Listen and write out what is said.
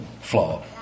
flawed